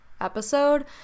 episode